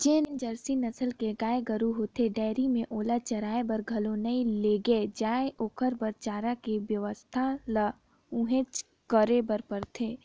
जेन जरसी नसल के गाय गोरु होथे डेयरी में ओला चराये बर घलो नइ लेगे जाय ओखर बर चारा के बेवस्था ल उहेंच करे बर परथे